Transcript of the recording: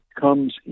comes